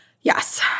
Yes